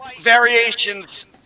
variations